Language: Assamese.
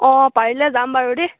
অঁ পাৰিলে যাম বাৰু দেই